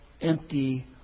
empty